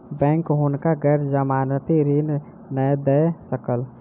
bank हुनका गैर जमानती ऋण नै दय सकल